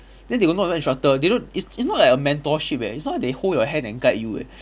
then they got not a lot of instructor they know it's it's not like a mentorship eh it's not they hold your hand and guide you eh